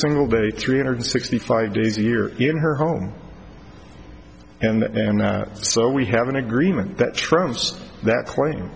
single day three hundred sixty five days a year in her home and that so we have an agreement that trumps that claim